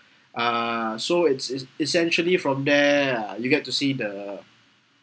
uh so it is essentially from there ah you get to see the